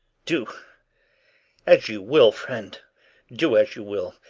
do as you will, friend do as you will.